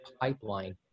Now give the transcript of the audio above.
pipeline